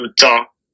talk